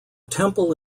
temple